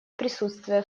присутствие